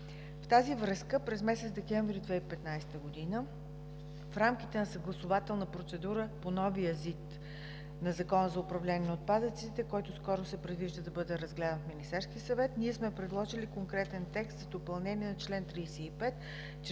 В тази връзка през месец декември 2015 г. в рамките на съгласувателна процедура по новия Законопроект за изменение и допълнение на Закона за управление на отпадъците, който скоро се предвижда да бъде разгледан в Министерския съвет, сме предложили конкретен текст за допълнение на чл. 35, чрез